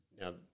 Now